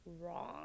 wrong